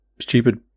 stupid